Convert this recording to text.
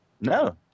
No